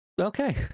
Okay